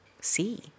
see